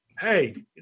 Hey